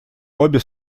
обе